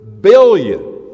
billion